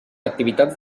activitats